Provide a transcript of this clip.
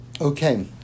Okay